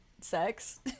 sex